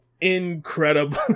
incredible